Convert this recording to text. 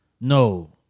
No